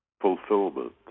fulfillment